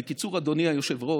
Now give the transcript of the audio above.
בקיצור, אדוני היושב-ראש,